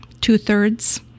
two-thirds